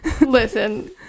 listen